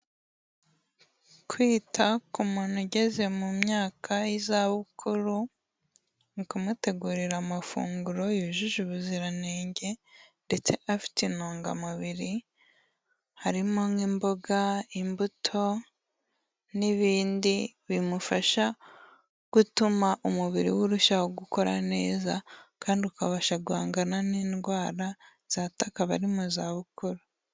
Kwita ku muntu ugeze mu myaka y'izabukuru mu kumutegurira amafunguro yujuje ubuziranenge ndetse afite intungamubiri, harimo nk'imboga, imbuto n'ibindi bimufasha gutuma umubiri we urushaho gukora neza kandi ukabasha guhangana n'indwara zatakaba ari mu zabukuru.